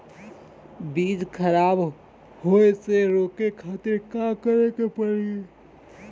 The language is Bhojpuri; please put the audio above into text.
बीज खराब होए से रोके खातिर का करे के पड़ी?